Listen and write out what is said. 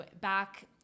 back